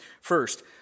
First